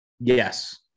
Yes